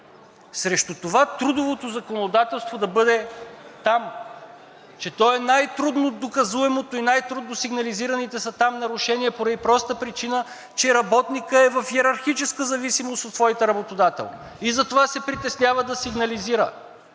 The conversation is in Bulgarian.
срещу това трудовото законодателство да бъде там. Че то е най-трудно доказуемото и най-трудно сигнализираните нарушения са там поради простата причина, че работникът е в йерархична зависимост от своя работодател и затова се притеснява да сигнализира.